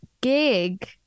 gig